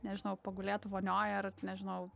nežinau pagulėt vonioj ar nežinau